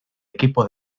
equipo